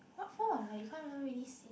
what for like you can't even really see